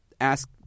ask